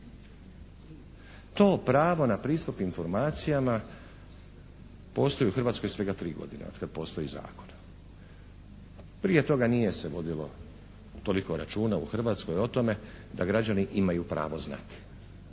To pravo na pristup informacijama postoji u Hrvatskoj svega 3 godine od kada postoji zakon. Prije toga nije se vodilo toliko računa u Hrvatskoj o tome da građani imaju pravo znati.